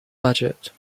budget